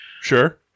Sure